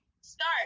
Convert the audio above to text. Start